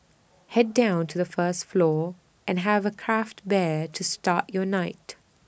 Head down to the first floor and have A craft bear to start your night